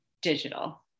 digital